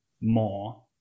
more